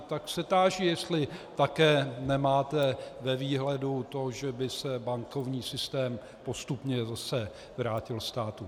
Tak se táži, jestli také nemáte ve výhledu to, že by se bankovní systém postupně zase vrátil státu.